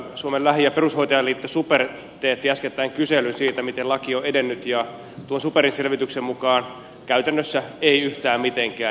suomen lähi ja perushoitajaliitto super teetti äskettäin kyselyn siitä miten laki on edennyt ja tuon superin selvityksen mukaan käytännössä ei yhtään mitenkään